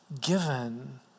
given